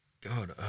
God